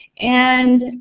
and